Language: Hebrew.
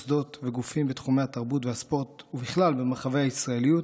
מוסדות וגופים בתחומי התרבות והספורט ובכלל במרחבי הישראליות